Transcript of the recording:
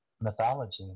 Mythology